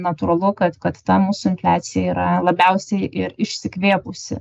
natūralu kad kad ta mūsų infliacija yra labiausiai ir išsikvėpusi